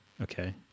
Okay